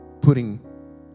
putting